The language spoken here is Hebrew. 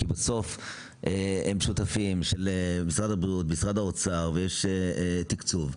כי בסוף הם שותפים של משרד הבריאות ומשרד האוצר ויש תקצוב.